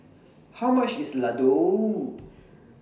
How much IS Ladoo